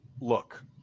look